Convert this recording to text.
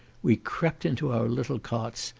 we crept into our little cots,